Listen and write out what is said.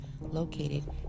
located